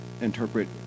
interpret